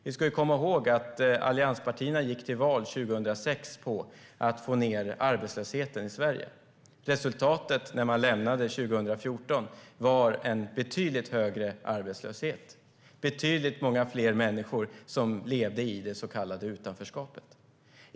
Vi ska komma ihåg att allianspartierna 2006 gick till val på att få ned arbetslösheten i Sverige. Resultatet när de lämnade 2014 var en betydligt högre arbetslöshet. Det var betydligt många fler människor som levde i det så kallade utanförskapet.